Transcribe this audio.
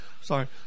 Sorry